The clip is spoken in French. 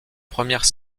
première